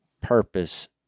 purpose